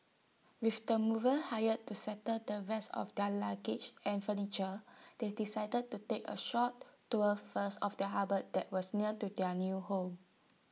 with the movers hired to settle the rest of their luggage and furniture they decided to take A short tour first of the harbour that was near to their new home